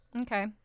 Okay